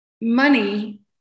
money